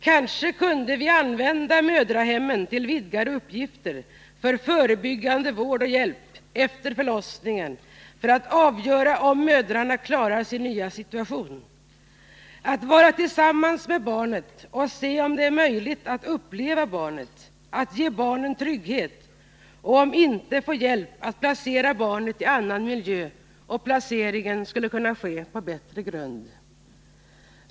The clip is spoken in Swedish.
Kanske kunde vi använda mödrahemmen till vidgade uppgifter för förebyggande vård och hjälp efter förlossningen för att avgöra om mödrarna klarar sin nya situation. Modern får då vara tillsammans med barnet och se om det är möjligt att uppleva barnet och ge barnet trygghet. Om det inte går bra kan hon få hjälp att placera barnet i annan miljö, och placeringen skulle då kunna ske på bättre grund.